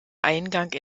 eingang